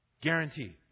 Guaranteed